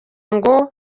ngo